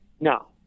No